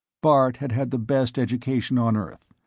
bart had had the best education on earth,